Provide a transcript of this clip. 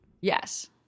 Yes